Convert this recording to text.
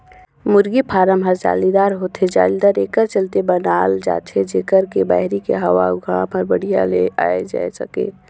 मुरगी फारम ह जालीदार होथे, जालीदार एकर चलते बनाल जाथे जेकर ले बहरी के हवा अउ घाम हर बड़िहा ले आये जाए सके